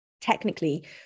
technically